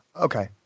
Okay